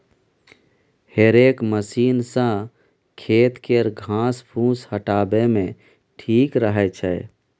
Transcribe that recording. हेरेक मशीन सँ खेत केर घास फुस हटाबे मे ठीक रहै छै